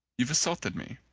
you've assaulted me.